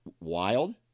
wild